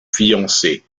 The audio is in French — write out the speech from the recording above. fiancé